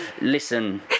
listen